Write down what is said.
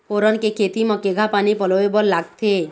फोरन के खेती म केघा पानी पलोए बर लागथे?